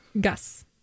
Gus